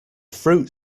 fruit